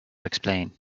explain